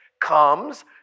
comes